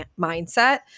mindset